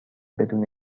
بدون